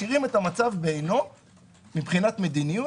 משאירים את המצב בעינו מבחינת מדיניות.